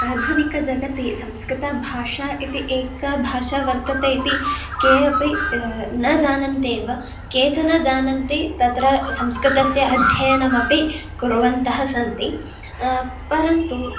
आधुनिकजगति संस्कृतभाषा इति एका भाषा वर्तते इति के अपि न जानन्ति एव केचन जानन्ति तत्र संस्कृतस्य अध्ययनम् अपि कुर्वन्तः सन्ति परन्तु